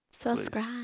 subscribe